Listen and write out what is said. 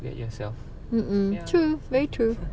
mm mm true very true